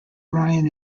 ryan